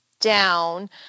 down